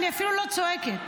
אני אפילו לא צועקת: